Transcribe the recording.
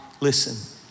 Listen